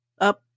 up